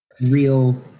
real